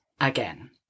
again